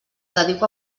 dedico